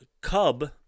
cub